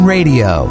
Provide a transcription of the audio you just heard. Radio